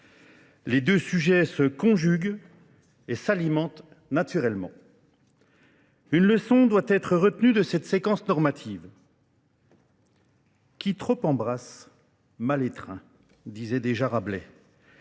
Les deux sujets se conjuguent et s'alimentent naturellement. Une leçon doit être retenue de cette séquence normative. Qui trop embrasse, mal étreint, disaient des jarablais.